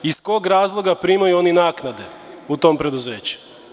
Iz kog razloga primaju oni naknade u tom preduzeću?